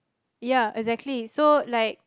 ya exactly so like